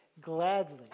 gladly